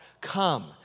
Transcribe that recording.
Come